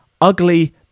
ugly